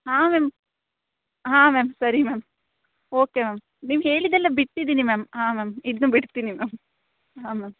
ಹಾಂ ಮ್ಯಾಮ್ ಹಾಂ ಮ್ಯಾಮ್ ಸರಿ ಮ್ಯಾಮ್ ಓಕೆ ಮ್ಯಾಮ್ ನೀವು ಹೇಳಿದ್ದೆಲ್ಲ ಬಿಟ್ಟಿದ್ದೀನಿ ಮ್ಯಾಮ್ ಆಂ ಮ್ಯಾಮ್ ಇದನ್ನು ಬಿಡ್ತೀನಿ ಮ್ಯಾಮ್ ಹಾಂ ಮ್ಯಾಮ್